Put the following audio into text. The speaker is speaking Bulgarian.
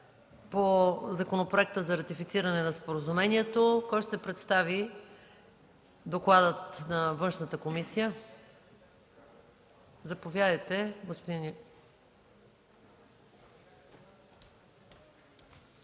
по Законопроекта за ратифициране на споразумението. Кой ще представи доклада на Външната комисия? Заповядайте, господин Йончев.